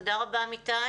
תודה רבה, אמיתי.